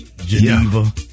Geneva